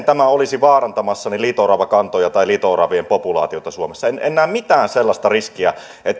tämä olisi vaarantamassa liito oravakantoja tai liito oravien populaatiota suomessa en en näe mitään sellaista riskiä